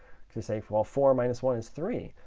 to say, well, four minus one is three.